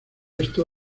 esto